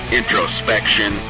introspection